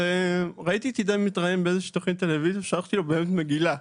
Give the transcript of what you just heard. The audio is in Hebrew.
ראיתי את עידן מתראיין באיזו תכנית טלוויזיה ושלחתי לו באמת מגילה.